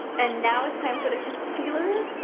and now, it's time for the concealer.